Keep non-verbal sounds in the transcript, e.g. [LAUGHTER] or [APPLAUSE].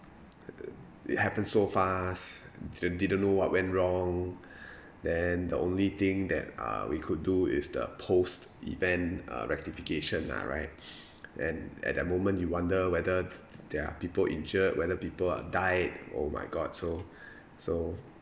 uh uh it happened so fast they didn't know what went wrong [BREATH] then the only thing that uh we could do is the post event uh rectification ah right [BREATH] and at that moment you wonder whether there are people injured whether people are died oh my god so [BREATH] so